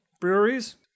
breweries